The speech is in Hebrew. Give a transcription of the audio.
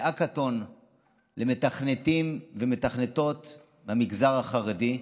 בהאקתון למתכנתים ומתכנתות מהמגזר החרדי,